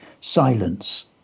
Silence